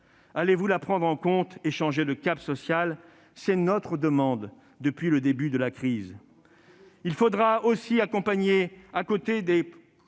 Allez-vous la prendre en compte et changer de cap social ? C'est notre demande depuis le début de la crise. Il faudra aussi accompagner, à côté du